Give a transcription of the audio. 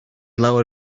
lawr